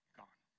gone